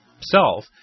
self